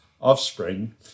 offspring